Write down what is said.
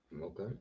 Okay